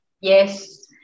Yes